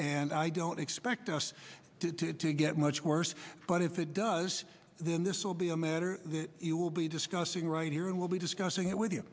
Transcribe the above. and i don't expect us to get much worse but if it does then this will be a matter you will be discussing right here and we'll be discussing it with you